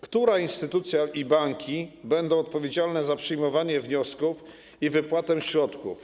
Która instytucja i które banki będą odpowiedzialne za przyjmowanie wniosków i wypłatę środków?